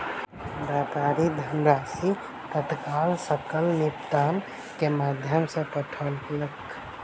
व्यापारी धनराशि तत्काल सकल निपटान के माध्यम सॅ पठौलक